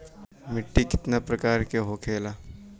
मिट्टी कितना प्रकार के होखेला?